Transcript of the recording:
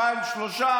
אני צריך להוסיף לו בסוף.